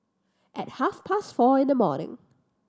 at half past four in the morning